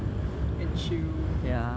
and chill